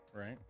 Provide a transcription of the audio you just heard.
Right